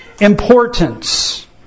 importance